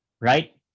right